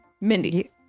Mindy